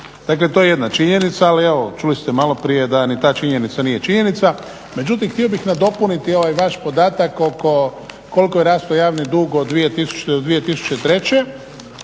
Dakle to je jedna činjenica ali evo čuli ste malo prije da ni ta činjenica nije činjenica. Međutim htio bih nadopuniti ovaj vaš podatak koliko je rastao javni dug od 2000.do